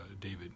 David